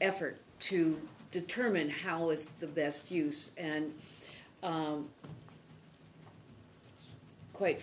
effort to determine how is the best use and quite